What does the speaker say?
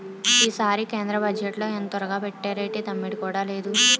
ఈసారి కేంద్ర బజ్జెట్లో ఎంతొరగబెట్టేరేటి దమ్మిడీ కూడా లేదు